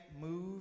move